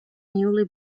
newly